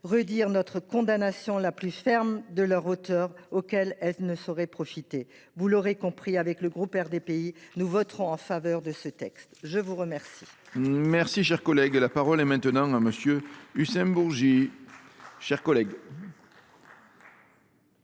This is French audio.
redire notre condamnation la plus ferme de leurs auteurs, auxquels elles ne sauraient profiter. Vous l’aurez compris, le groupe RDPI votera en faveur de ce texte. La parole